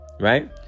right